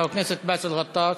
חבר הכנסת באסל גטאס.